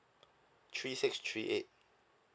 three six three eight